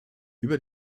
über